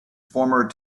former